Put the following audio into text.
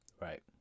right